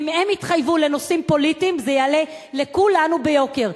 ואם הם יתחייבו לנושאים פוליטיים זה יעלה לכולנו ביוקר.